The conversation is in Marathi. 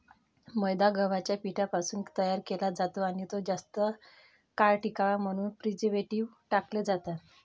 मैदा गव्हाच्या पिठापासून तयार केला जातो आणि तो जास्त काळ टिकावा म्हणून प्रिझर्व्हेटिव्ह टाकले जातात